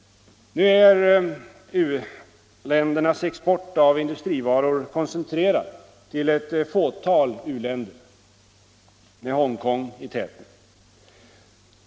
Nu är u-ländernas export av industrivaror koncentrerad till ett fåtal u-länder, med Hongkong i täten.